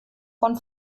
von